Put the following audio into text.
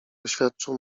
oświadczył